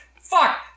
fuck